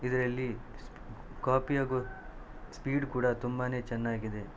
ಇದರಲ್ಲಿ ಸ್ಪಿ ಕಾಪಿ ಆಗೋ ಸ್ಪೀಡ್ ಕೂಡ ತುಂಬಾನೆ ಚೆನ್ನಾಗಿದೆ